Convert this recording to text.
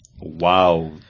Wow